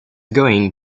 going